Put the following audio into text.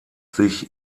sich